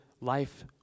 life